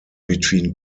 between